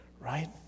right